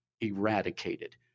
eradicated